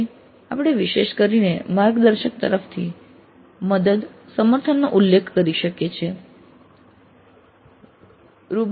તેથી આપણે વિશેષ કરીને માર્ગદર્શક તરફથી મદદ સમર્થનનો ઉલ્લેખ કરી શકીએ છીએ